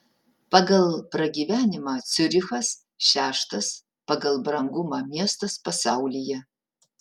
pagal pragyvenimą ciurichas šeštas pagal brangumą miestas pasaulyje